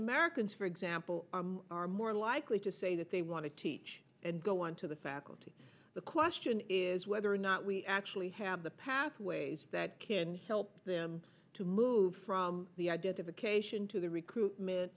americans for example are more likely to say that they want to teach and go on to the faculty the question is whether or not we actually have the pathways that can help them to move from the identification to the recruitment